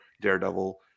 Daredevil